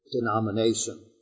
denomination